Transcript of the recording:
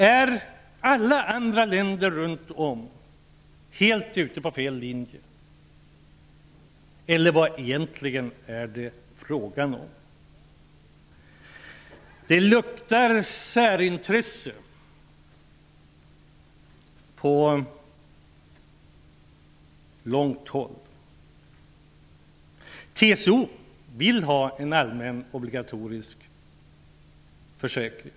Är alla andra länder runt om på helt fel linje, eller vad är det frågan om? Det luktar särintresse på långt håll. TCO vill ha en allmän, obligatorisk arbetslöshetsförsäkring.